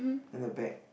then the bag